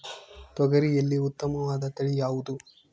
ತೊಗರಿಯಲ್ಲಿ ಉತ್ತಮವಾದ ತಳಿ ಯಾವುದು?